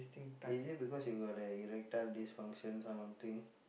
is it because you got the erectile dysfunction kind of thing